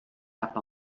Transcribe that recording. cap